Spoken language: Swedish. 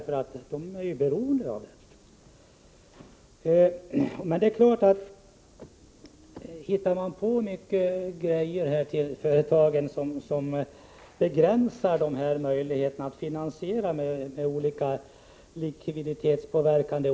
Företagen är ju beroende av detta. Men hittar man på alla möjliga likviditetspåverkande åtgärder som begränsar möjligheterna att finansiera, så blir det naturligtvis svårare.